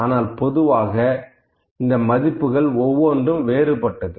ஆனால் பொதுவாக இந்த மதிப்புகள் ஒவ்வொன்றும் வேறுபட்டது